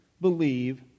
believe